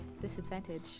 disadvantage